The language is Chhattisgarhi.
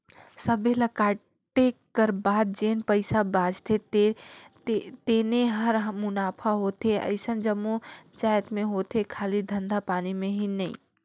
सबे ल कांटे कर बाद जेन पइसा बाचथे तेने हर मुनाफा होथे अइसन जम्मो जाएत में होथे खाली धंधा पानी में ही नई